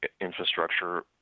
infrastructure